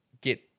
get